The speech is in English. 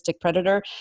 predator